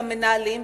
למנהלים,